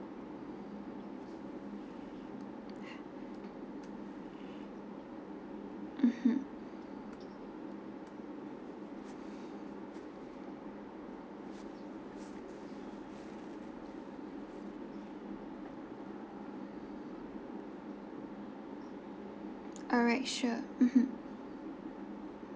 mmhmm alright sure mmhmm